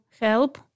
help